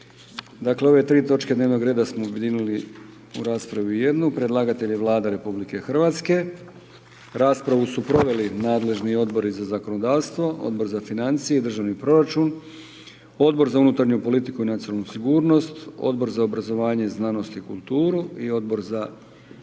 Dakle, ove tri točke dnevnog reda smo objedinili u raspravi u jednu. Predlagatelj je Vlada Republike Hrvatske. Raspravu su proveli nadležni Odbori za zakonodavstvo, Odbor za financije i državni proračun, Odbor za unutarnju politiku i nacionalnu sigurnost, Odbor za obrazovanje, znanost i kulturu i Odbor za